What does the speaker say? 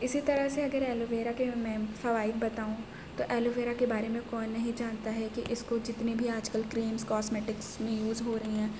اسی طرح سے اگر ایلوویرا کے میں فوائد بتاؤں تو ایلوویرا کے بارے میں کون نہیں جانتا ہے کہ اس کو جتنی بھی آج کل کریمس کوسمیٹکس میں یوز ہو رہی ہیں